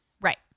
Right